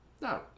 No